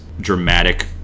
dramatic